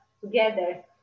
together